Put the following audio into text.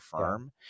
firm